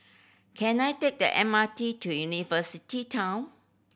can I take the M R T to University Town